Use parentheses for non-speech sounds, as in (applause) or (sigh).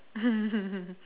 (laughs)